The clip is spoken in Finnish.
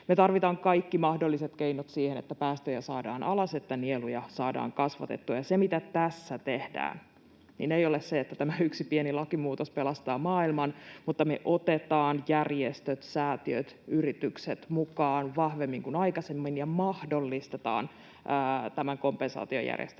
Me tarvitaan kaikki mahdolliset keinot siihen, että päästöjä saadaan alas ja että nieluja saadaan kasvatettua. Se, mitä tässä tehdään, ei ole se, että tämä yksi pieni lakimuutos pelastaa maailman, mutta me otetaan järjestöt, säätiöt ja yritykset mukaan vahvemmin kuin aikaisemmin ja mahdollistetaan tämän kompensaatiojärjestelmän